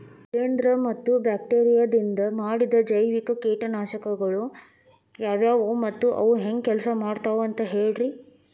ಶಿಲೇಂಧ್ರ ಮತ್ತ ಬ್ಯಾಕ್ಟೇರಿಯದಿಂದ ಮಾಡಿದ ಜೈವಿಕ ಕೇಟನಾಶಕಗೊಳ ಯಾವ್ಯಾವು ಮತ್ತ ಅವು ಹೆಂಗ್ ಕೆಲ್ಸ ಮಾಡ್ತಾವ ಅಂತ ಹೇಳ್ರಿ?